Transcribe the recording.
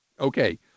okay